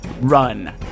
run